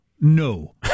no